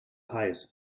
highest